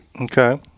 okay